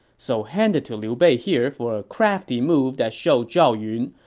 so hand it to liu bei here for a crafty move that showed zhao yun,